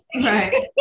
Right